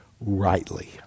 rightly